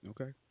Okay